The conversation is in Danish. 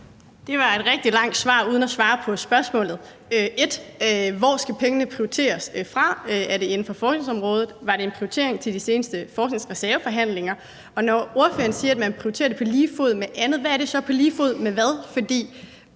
Det var et rigtig langt svar uden et svar på spørgsmålet. Hvor skal pengene prioriteres fra? Er det inden for forskningsområdet? Var det en prioritering til de seneste forskningsreserveforhandlinger? Og når ordføreren siger, at man vil prioritere det på lige fod med andet, hvad er det så på lige fod med? For